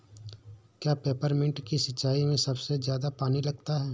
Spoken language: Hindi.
क्या पेपरमिंट की सिंचाई में सबसे ज्यादा पानी लगता है?